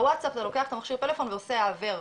במכשיר טלפון זה עשה העבר,